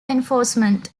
enforcement